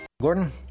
Gordon